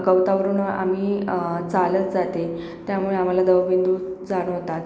गवतावरून आम्ही चालत जाते त्यामुळे आम्हाला दवबिंदू जाणवतात